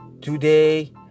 Today